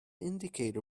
indicator